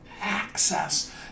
access